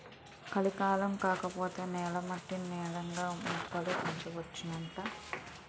కలికాలం కాకపోతే నేల మట్టి నేకండా మొక్కలు పెంచొచ్చునాట